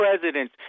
presidents